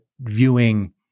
viewing